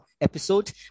episode